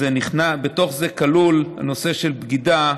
שבתוך זה כלול הנושא של בגידה,